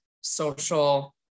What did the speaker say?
social